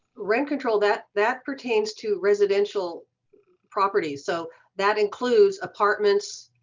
rent control that that pertains to residential property. so that includes apartments,